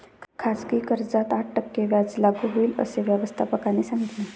खाजगी कर्जावर आठ टक्के व्याज लागू होईल, असे व्यवस्थापकाने सांगितले